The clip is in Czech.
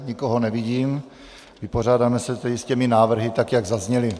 Nikoho nevidím, vypořádáme se tedy s těmi návrhy tak, jak zazněly.